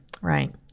right